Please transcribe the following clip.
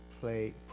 play